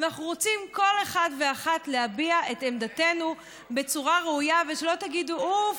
אנחנו רוצים כל אחד ואחת להביע את עמדתנו בצורה ראויה ושלא תגידו: אוף,